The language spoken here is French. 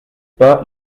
pas